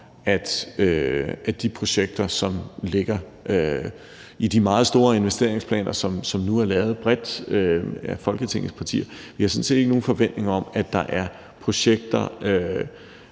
om de projekter, som ligger i de meget store investeringsplaner, som nu er lavet bredt af Folketingets partier, at vi sådan set ikke har nogen forventning om, at der er projekter